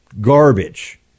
garbage